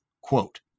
Quote